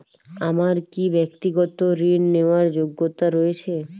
আমার কী ব্যাক্তিগত ঋণ নেওয়ার যোগ্যতা রয়েছে?